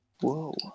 whoa